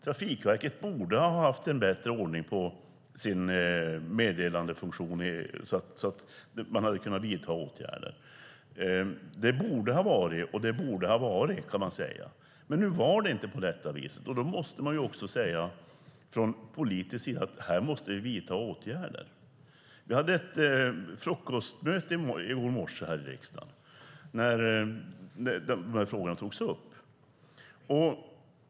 Trafikverket borde ha haft bättre ordning på sin meddelandefunktion så att åtgärder hade kunnat vitas. Så borde det ha varit, men nu var det inte på det viset, och då måste man från politisk sida säga att här måste vi vidta åtgärder. Vi hade ett frukostmöte i går morse i riksdagen där dessa frågor togs upp.